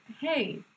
hey